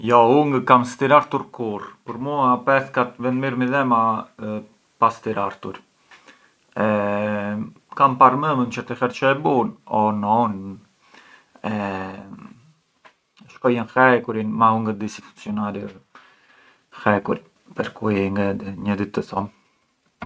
Jo u ngë kam stirartur kurrë, për mua pethkat mënd rrinë midhema pa stirartur, kam par mëmën ndo herë çë e bun o nonën, shkojën hekurin ma u ngë di si funcjonar hekuri, quindi ngë di të thom.